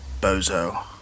bozo